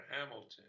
Hamilton